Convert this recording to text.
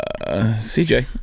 CJ